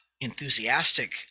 enthusiastic